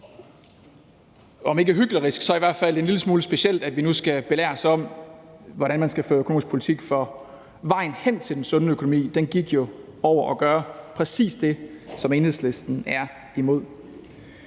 om ikke hyklerisk så i hvert fald en lille smule specielt, at vi nu skal belæres om, hvordan man skal føre økonomisk politik, for vejen hen til den sunde økonomi var jo at gøre præcis det, som Enhedslisten er imod.